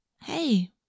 Hey